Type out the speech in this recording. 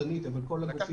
בחוק